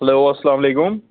hello اسلام علیکم